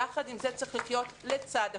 יחד עם זה, צריך לחיות לצד הקורונה.